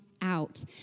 out